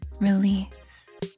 release